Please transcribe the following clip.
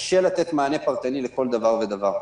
קשה לתת מענה פרטני לכל דבר ודבר,